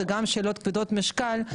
זה גם שאלות כבדות משקל,